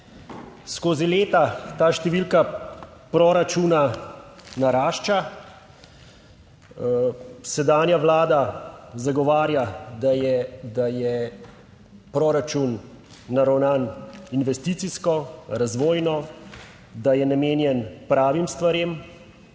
Skozi leta ta številka proračuna narašča. Sedanja Vlada zagovarja, da je proračun naravnan investicijsko, razvojno, da je namenjen pravim stvarem.